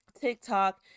TikTok